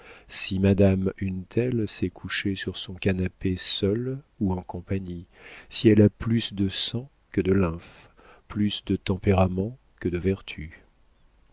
si madame une telle s'est couchée sur son canapé seule ou en compagnie si elle a plus de sang que de lymphe plus de tempérament que de vertu